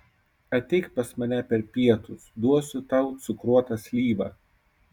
ateik pas mane per pietus duosiu tau cukruotą slyvą